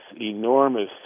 enormous